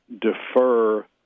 defer